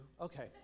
Okay